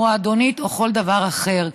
מועדונית או כל דבר אחר?